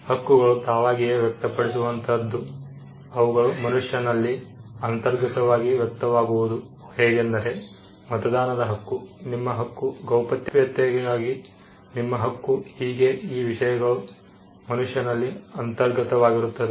ಹಕ್ಕುಗಳು ತಾವಾಗಿಯೇ ವ್ಯಕ್ತಪಡಿಸುವoತದ್ದು ಅವುಗಳು ಮನುಷ್ಯನಲ್ಲಿ ಅಂತರ್ಗತವಾಗಿ ವ್ಯಕ್ತವಾಗುವುದು ಹೇಗೆಂದರೆ ಮತದಾನದ ಹಕ್ಕು ನಿಮ್ಮ ಹಕ್ಕು ಗೌಪ್ಯತೆಗಾಗಿ ನಿಮ್ಮ ಹಕ್ಕು ಹೀಗೆ ಈ ವಿಷಯಗಳು ಮನುಷ್ಯನಲ್ಲಿ ಅಂತರ್ಗತವಾಗಿರುತ್ತದೆ